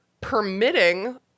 permitting